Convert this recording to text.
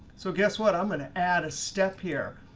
so guess what? i'm going to add a step here.